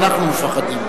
פוחדים.